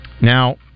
Now